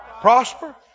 prosper